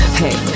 hey